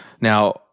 Now